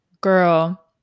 girl